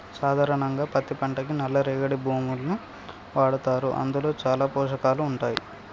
సాధారణంగా పత్తి పంటకి నల్ల రేగడి భూముల్ని వాడతారు అందులో చాలా పోషకాలు ఉంటాయి